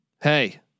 Hey